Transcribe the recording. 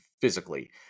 physically